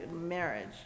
marriage